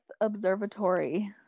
Observatory